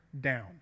down